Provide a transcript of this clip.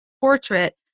portrait